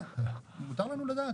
מותר לנו לדעת.